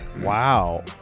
Wow